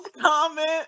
comment